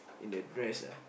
in a dress ah